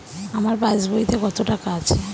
আমার পাস বইতে কত টাকা আছে?